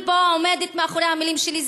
אני פה עומדת מאחורי המילים שלי,